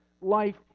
life